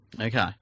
Okay